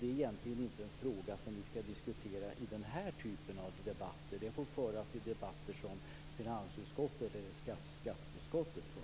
Det är egentligen inte en fråga som vi skall diskutera i den här typen av debatter. Den får diskuteras i debatter som finansutskottet eller skatteutskottet för.